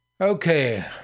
Okay